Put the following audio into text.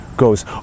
Goes